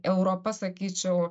europa sakyčiau